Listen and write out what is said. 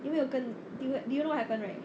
你有没有跟 do you do you know what happened right